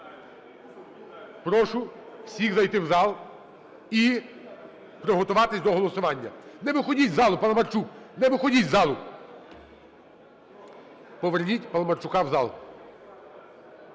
Прошу всіх зайти в зал і приготуватись до голосування. Не виходіть з залу, Паламарчук! Не виходіть з залу! Поверніть Паламарчука в зал.